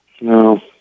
No